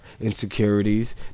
insecurities